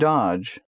Dodge